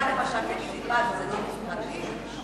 למשל, זה לא גוף פרטי?